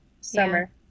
Summer